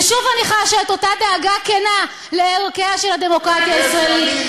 ושוב אני חשה את אותה דאגה כנה לערכיה של הדמוקרטיה הישראלית,